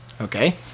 Okay